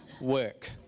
work